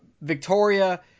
victoria